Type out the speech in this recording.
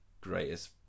greatest